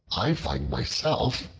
i find myself,